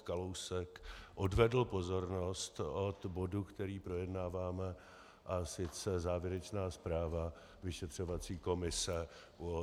Kalousek! odvedl pozornost od bodu, který projednáváme, a sice závěrečná zpráva vyšetřovací komise ÚOOZ.